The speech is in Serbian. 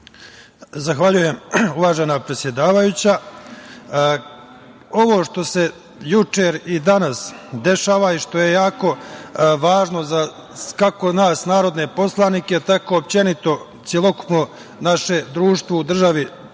Zahvaljujem, uvažena predsedavajuća. Ovo što se juče i danas dešava i što je jako važno za, kako nas narodne poslanike, tako uopšte celokupno naše društvo u državi